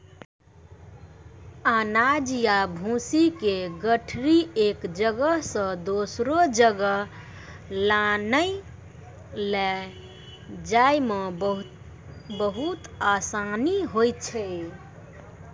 अनाज या भूसी के गठरी एक जगह सॅ दोसरो जगह लानै लै जाय मॅ बहुत आसानी होय छै